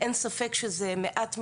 אין ספק שזה מעט מדי,